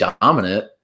dominant